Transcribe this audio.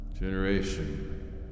generation